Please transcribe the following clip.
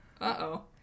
Uh-oh